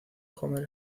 homer